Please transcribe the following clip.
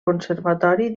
conservatori